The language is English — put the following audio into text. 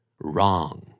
Wrong